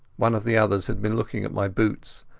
one of the others had been looking at my boots,